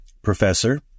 professor